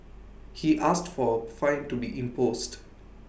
he asked for A fine to be imposed